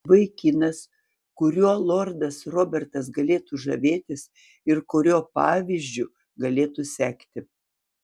vaikinas kuriuo lordas robertas galėtų žavėtis ir kurio pavyzdžiu galėtų sekti